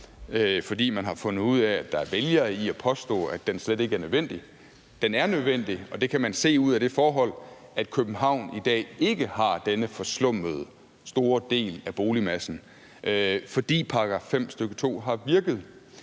fordi man har fundet ud af, at der er vælgere i at påstå, at den slet ikke er nødvendig. Den er nødvendig, og det kan man se ud af det forhold, at København i dag ikke har denne forslummede store del af boligmassen, fordi § 5, stk. 2 har virket.